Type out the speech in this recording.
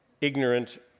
ignorant